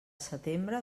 setembre